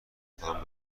خودم